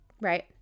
Right